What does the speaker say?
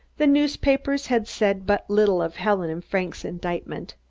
the newspapers had said but little of helen's and frank's indictment.